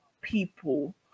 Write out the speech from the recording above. people